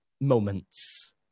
moments